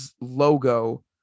logo